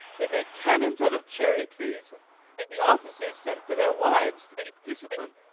they make cannons out of cherry trees and the officers send for their wives to keep discipline!